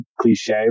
cliche